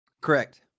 Correct